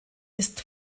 ist